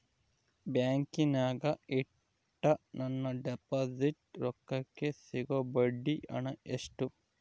ಬ್ಯಾಂಕಿನಾಗ ಇಟ್ಟ ನನ್ನ ಡಿಪಾಸಿಟ್ ರೊಕ್ಕಕ್ಕೆ ಸಿಗೋ ಬಡ್ಡಿ ಹಣ ಎಷ್ಟು?